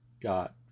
got